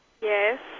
Yes